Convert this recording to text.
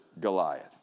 Goliath